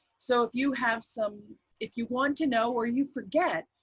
so if you have some if you want to know or you forget,